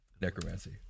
Necromancy